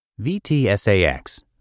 VTSAX